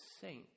saint